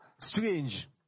strange